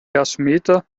gasometer